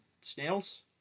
snails